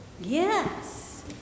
Yes